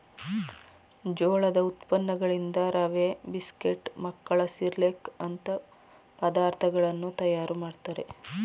ಜೋಳದ ಉತ್ಪನ್ನಗಳಿಂದ ರವೆ, ಬಿಸ್ಕೆಟ್, ಮಕ್ಕಳ ಸಿರ್ಲಕ್ ಅಂತ ಪದಾರ್ಥಗಳನ್ನು ತಯಾರು ಮಾಡ್ತರೆ